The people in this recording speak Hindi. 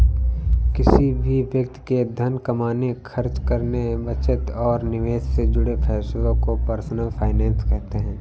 किसी भी व्यक्ति के धन कमाने, खर्च करने, बचत और निवेश से जुड़े फैसलों को पर्सनल फाइनैन्स कहते हैं